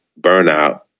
burnout